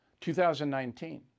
2019